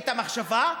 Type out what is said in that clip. את המחשבה,